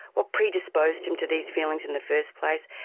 what predisposed him to these feelings in the first place,